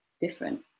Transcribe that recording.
different